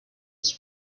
was